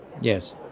Yes